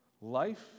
Life